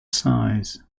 size